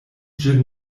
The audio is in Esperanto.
ĝin